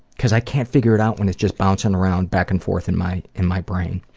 because i can't figure it out when it's just bouncing around back and forth in my in my brain.